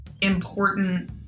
important